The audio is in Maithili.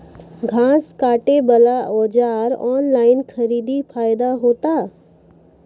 घास काटे बला औजार ऑनलाइन खरीदी फायदा होता?